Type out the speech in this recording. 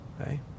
Okay